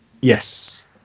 Yes